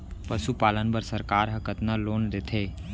पशुपालन बर सरकार ह कतना लोन देथे?